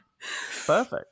perfect